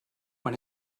when